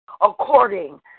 according